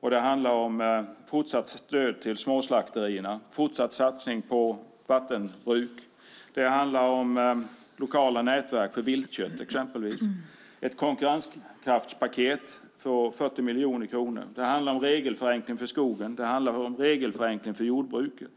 Det handlar om fortsatt stöd till småslakterierna och fortsatt satsning på vattenbruk. Det handlar om lokala nätverk för viltkött. Det handlar om ett konkurrenskraftspaket på 40 miljoner kronor. Det handlar om regelförenkling för skogen. Det handlar om regelförenkling för jordbruket.